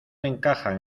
encajan